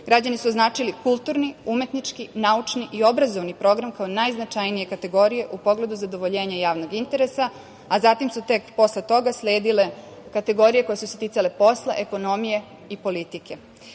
Građani su označili kulturni, umetnički, naučni i obrazovni program kao najznačajnije kategorije u pogledu zadovoljenja javnog interesa, a zatim su posle toga usledile kategorije koje su se ticale posla, ekonomije i